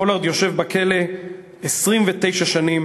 פולארד יושב בכלא 29 שנים.